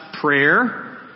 prayer